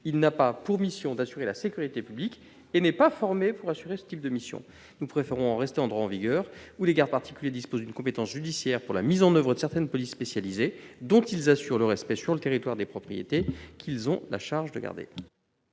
Il n'a pas pour mission d'assurer la sécurité publique et n'est pas formé pour assurer ce type de mission. Nous préférons en rester au droit en vigueur, aux termes duquel les gardes particuliers disposent d'une compétence judiciaire pour la mise en oeuvre de certaines polices spécialisées dont ils assurent le respect sur le territoire des propriétés qu'ils ont la charge de garder.